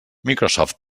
microsoft